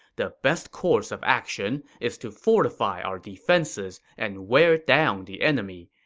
the best course of action is to fortify our defenses and wear down the enemy.